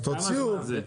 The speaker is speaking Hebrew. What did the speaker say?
תציעו את זה.